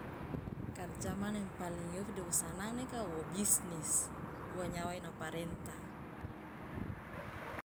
karna mane yang paling iofi de wo sanang nege kawo bisnis uwa nyawa ina parenta.